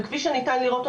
כפי שניתן לראות,